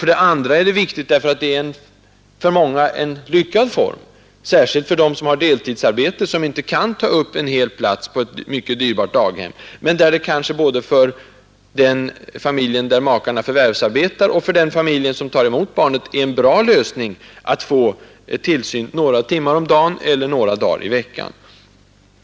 För det andra är det för många en lyckad tillsynsform, särskilt för dem som har deltidsarbete och inte kan ta upp en hel plats för barnet på ett dyrbart daghem. Både för familjen där makarna förvärvsarbetar och för familjen som tar emot barnet kan det vara en bra lösning att få tillsyn några timmar om dagen eller några dagar i veckan.